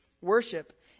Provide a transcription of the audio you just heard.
worship